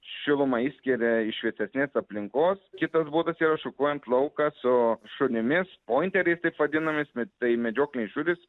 šilumą išskiria iš vėsesnės aplinkos kitas būdas yra šukuojant lauką su šunimis pointeriais taip vadinamais bet tai medžiokliniai šunys